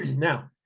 now,